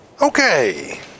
Okay